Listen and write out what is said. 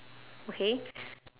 okay